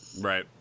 Right